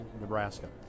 Nebraska